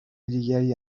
دیگری